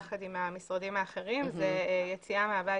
יחד עם המשרדים האחרים זה יציאה מהבית